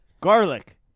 Garlic